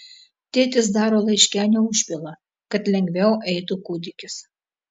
tėtis daro laiškenių užpilą kad lengviau eitų kūdikis